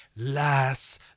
last